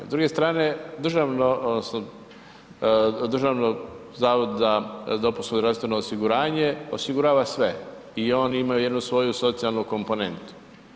S druge strane, državno odnosno Državno zavod za dopunsko zdravstveno osiguranje osigurava sve i oni imaju jednu svoju socijalnu komponentu.